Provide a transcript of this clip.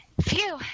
Phew